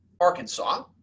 Arkansas